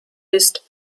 ist